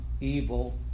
evil